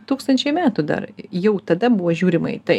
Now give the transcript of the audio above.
tūkstančiai metų dar jau tada buvo žiūrima į tai